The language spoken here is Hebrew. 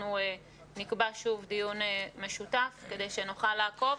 אנחנו נקבע שוב דיון משותף כדי שנוכל לעקוב.